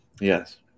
Yes